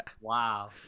Wow